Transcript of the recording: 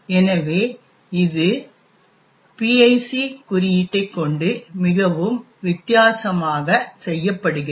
எனவே இது PIC குறியீட்டைக் கொண்டு மிகவும் வித்தியாசமாக செய்யப்படுகிறது